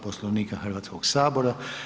Poslovnika Hrvatskoga sabora.